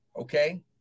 Okay